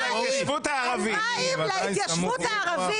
ההתיישבות הערבית ------ מים להתיישבות הערבית,